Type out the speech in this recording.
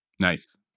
nice